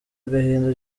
agahinda